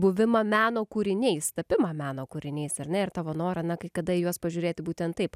buvimą meno kūriniais tapimą meno kūriniais ar ne ir tavo norą na kai kada į juos pažiūrėti būtent taip